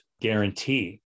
guarantee